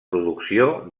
producció